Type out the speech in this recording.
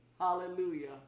Hallelujah